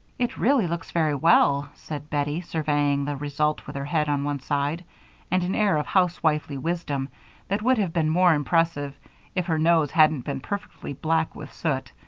it really looks very well, said bettie, surveying the result with her head on one side and an air of housewifely wisdom that would have been more impressive if her nose hadn't been perfectly black with soot.